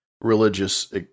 religious